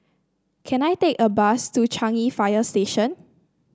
can I take a bus to Changi Fire Station